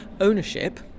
ownership